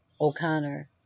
O'Connor